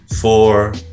four